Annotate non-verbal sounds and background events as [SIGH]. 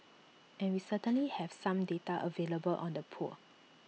and we [NOISE] certainly have some data available on the poor